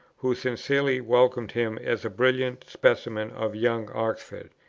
who sincerely welcomed him as a brilliant specimen of young oxford.